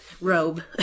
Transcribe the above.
robe